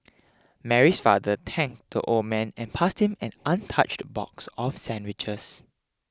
Mary's father tanked the old man and passed him an untouched box of sandwiches